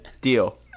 Deal